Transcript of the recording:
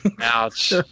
Ouch